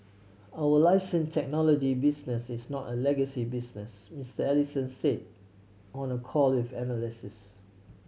our license technology business is not a legacy business Mister Ellison said on a call of analysts